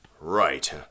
Right